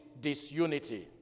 disunity